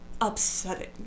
upsetting